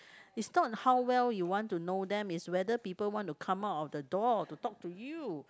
it's not how well you want to know them it's whether people want to come out of the door to talk to you